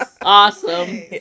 Awesome